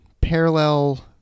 parallel